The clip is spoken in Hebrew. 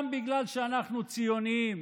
גם בגלל שאנחנו ציונים,